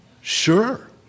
Sure